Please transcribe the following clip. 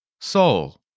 Seoul